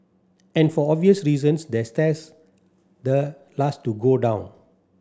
and for obvious reasons the stairs the last to go down